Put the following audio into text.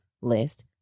list